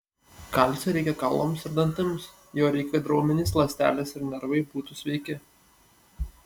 kalcio reikia kaulams ir dantims jo reikia kad raumenys ląstelės ir nervai būtų sveiki